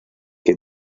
que